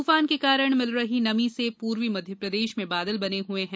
तूफान के कारण मिल रही नमी से पूर्वी मप्र में बादल बने हुए हैं